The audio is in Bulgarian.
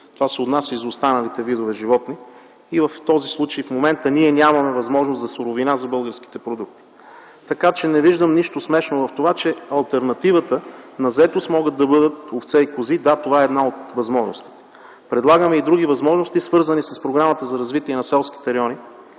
Това се отнася и за останалите видове животни и в момента нямаме възможност да осигурим суровина за българските продукти. Не виждам нищо смешно в това, че алтернативата на заетост могат да бъдат овце и кози. Да, това е една от възможностите. Предлагаме и други възможности, свързани с Програмата за развитие на селските райони.